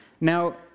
Now